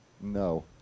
No